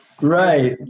Right